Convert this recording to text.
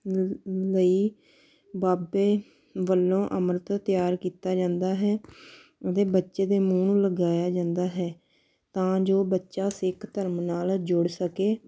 ਲ ਲਈ ਬਾਬੇ ਵੱਲੋਂ ਅੰਮ੍ਰਿਤ ਤਿਆਰ ਕੀਤਾ ਜਾਂਦਾ ਹੈ ਉਹਦੇ ਬੱਚੇ ਦੇ ਮੂੰਹ ਨੂੰ ਲਗਾਇਆ ਜਾਂਦਾ ਹੈ ਤਾਂ ਜੋ ਬੱਚਾ ਸਿੱਖ ਧਰਮ ਨਾਲ ਜੁੜ ਸਕੇ